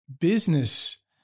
business